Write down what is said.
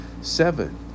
seven